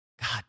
God